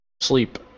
sleep